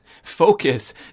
focus